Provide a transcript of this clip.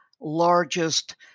largest